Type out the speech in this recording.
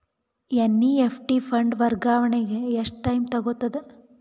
NEFT fund ವರ್ಗಾವಣೆ ಎಷ್ಟ time ತೋಗೊತದ?